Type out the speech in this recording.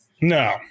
No